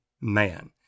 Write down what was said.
man